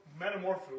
metamorpho